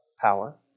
power